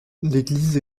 l’église